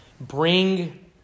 bring